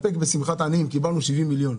אם אפשר רק עוד משפט אחד כי כפי שחששתי שכחתי.